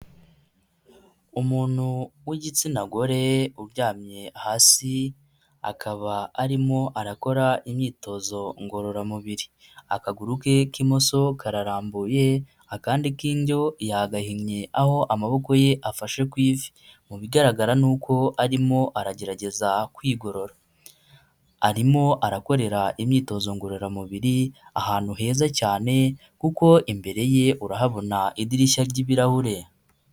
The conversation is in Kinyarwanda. Umuntu w'igitsina gore uryamye hasi akaba arimo arakora imyitozo ngororamubiri akaguru ke k'imoso kararambuye akandi k'indyo yagahinnye aho amaboko ye afashe ku ivi mu bigaragara nuko arimo aragerageza kwigorora arimo arakorera imyitozo ngororamubiri ahantu heza cyane kuko imbere ye urahabona idirishya ry'ibirahure.